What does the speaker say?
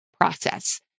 process